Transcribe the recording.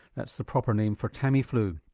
that's the proper name for tamiflu.